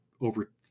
over